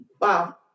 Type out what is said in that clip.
wow